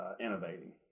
innovating